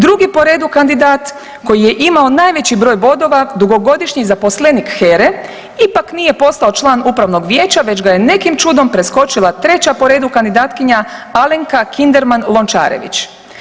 Drugi po redu kandidat koji je imao najveći broj bodova, dugogodišnji zaposlenik HERE ipak nije postao član upravnog vijeća već ga je nekim čudom preskočila treća po redu kandidatkinja Alenka Kinderman Lončarević.